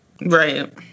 Right